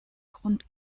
grund